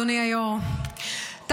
אדוני היושב-ראש,